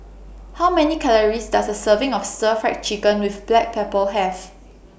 How Many Calories Does A Serving of Stir Fried Chicken with Black Pepper Have